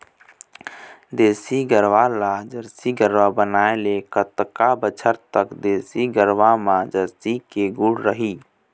देसी गरवा ला जरसी गरवा बनाए ले कतका बछर तक देसी गरवा मा जरसी के गुण रही?